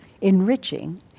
enriching